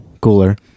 cooler